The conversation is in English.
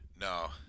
No